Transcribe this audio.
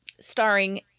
Starring